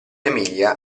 emilia